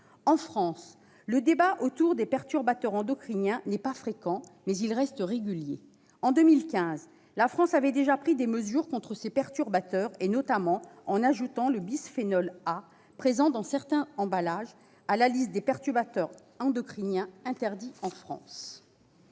En France, le débat autour des perturbateurs endocriniens n'est pas fréquent, mais il reste régulier. En 2015, notre pays avait déjà pris des mesures contre ces perturbateurs, notamment en ajoutant le bisphénol A, présent dans certains emballages, à la liste des perturbateurs endocriniens interdits.